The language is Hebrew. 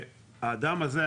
שהאדם הזה,